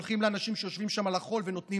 הולכים לאנשים שיושבים שם על החול ונותנים